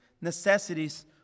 necessities